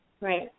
right